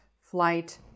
flight